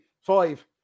Five